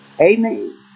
Amen